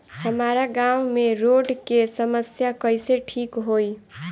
हमारा गाँव मे रोड के समस्या कइसे ठीक होई?